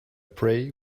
prey